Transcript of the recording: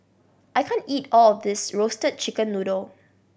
I can't eat all of this Roasted Chicken Noodle